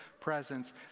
presence